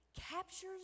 captures